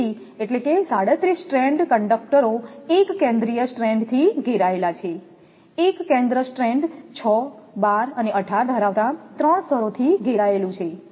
તેથી એટલે કે 37 સ્ટ્રેન્ડ કંડકટરો એક કેન્દ્રિય સ્ટ્રેન્ડથી ઘેરાયેલા છે એક કેન્દ્ર સ્ટ્રેન્ડ 6 12 અને 18 ધરાવતા 3 સ્તરોથી ઘેરાયેલું છે